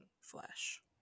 flesh